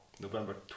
November